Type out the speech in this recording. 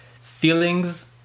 feelings